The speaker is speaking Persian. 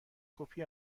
کپی